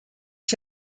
ich